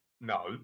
No